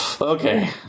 Okay